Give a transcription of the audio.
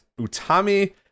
utami